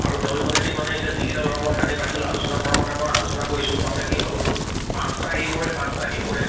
আৰু তেওঁলোকৰ সৈতে মানে এতিয়া যিকিটা ল'ৰাক মই সেইদিনাখন পাইছিলোঁ আলোচনা কৰাৰ মতে মই আলোচনা কৰিছোঁ তাৰমানে কি হ'ল পাঁচটা ইমূৰে পাঁচটা সিমূৰে